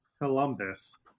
Columbus